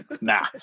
Nah